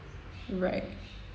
right